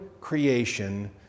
creation